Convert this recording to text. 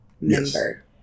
member